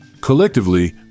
Collectively